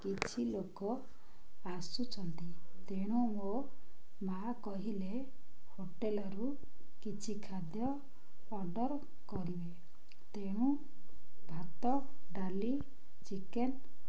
କିଛି ଲୋକ ଆସୁଛନ୍ତି ତେଣୁ ମୋ ମା' କହିଲେ ହୋଟେଲରୁ କିଛି ଖାଦ୍ୟ ଅର୍ଡ଼ର୍ କରିବେ ତେଣୁ ଭାତ ଡାଲି ଚିକେନ